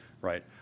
right